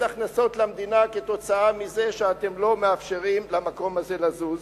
הכנסות למדינה מזה שאתם לא מאפשרים למקום הזה לזוז,